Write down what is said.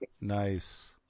Nice